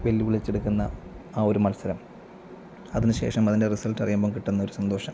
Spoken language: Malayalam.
വെല്ലുവിളിച്ചെടുക്കുന്ന ആ ഒരു മത്സരം അതിന് ശേഷം അതിൻ്റെ റിസൾട്ട് അറിയുമ്പം കിട്ടുന്നൊരു സന്തോഷം